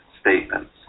statements